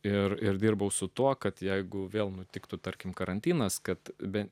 ir ir dirbau su tuo kad jeigu vėl nutiktų tarkim karantinas kad bei